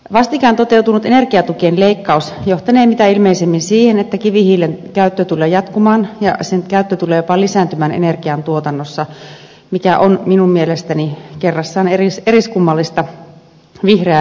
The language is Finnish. vastikään toteutunut energiatukien leikkaus johtanee mitä ilmeisimmin siihen että kivihiilen käyttö tulee jatkumaan ja sen käyttö tulee jopa lisääntymään energiantuotannossa mikä on minun mielestäni kerrassaan eriskummallista vihreää energiapolitiikkaa